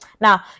now